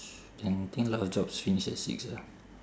and think a lot of jobs finish at six ah